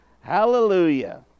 Hallelujah